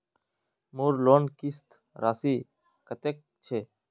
मोर लोन किस्त राशि कतेक छे?